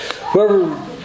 Whoever